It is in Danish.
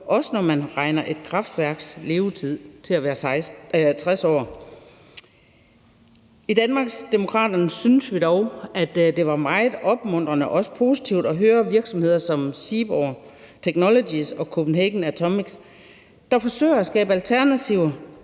også når man regner et kraftværks levetid til at være 60 år. I Danmarksdemokraterne synes vi dog, at det var meget opmuntrende og også positivt at høre virksomheder som Seaborg Technologies og Copenhagen Atomics, der forsøger at skabe alternativer